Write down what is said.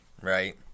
right